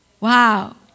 Wow